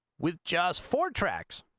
with just four tracts